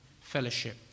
fellowship